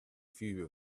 few